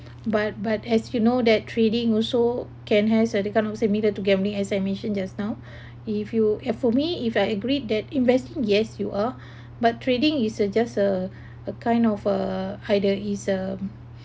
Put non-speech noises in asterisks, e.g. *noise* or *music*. but but as you know that trading also can has similar to gambling as I mentioned just now *breath* if you have for me if I agreed that investing yes you earn *breath* but trading is a just a a kind of uh either is um